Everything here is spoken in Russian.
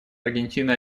аргентины